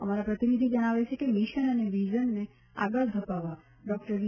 અમારા પ્રતિનિધિ જણાવે છે કે મિશન અને વિઝનને આગળ ધપાવવા ડોક્ટર વી